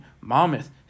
Monmouth